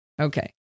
Okay